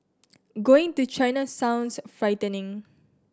going to China sounds frightening